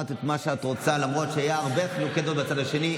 כשאמרת מה שאת רוצה למרות שהיו הרבה חילוקי דעות בצד השני,